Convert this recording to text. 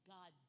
God